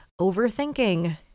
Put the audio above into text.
overthinking